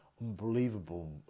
unbelievable